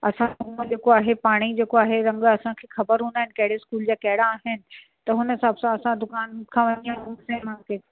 असांखे जेको आहे रंग पाणे जेको आहे रंग असांखे ख़बर हूंदा आहिनि कहिड़े स्कूल जा कहिड़ा आहिननि त हुन हिसाब सां असां दुकान खां वञी चूज़ करे ईंदासीं